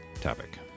topic